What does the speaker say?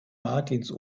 martins